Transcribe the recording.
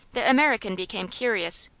the american became curious.